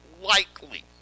likely